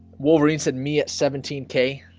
wolverine said me at seventeen k